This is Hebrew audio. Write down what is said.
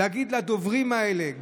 נגיד לדוברים האלה,